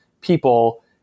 people